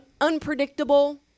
unpredictable